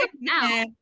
now